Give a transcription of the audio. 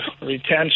retention